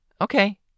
Okay